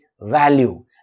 value